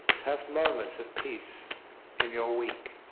have moments of peace in your week,